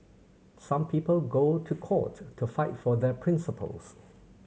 some people go to court to fight for their principles